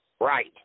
Right